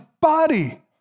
body